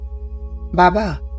Baba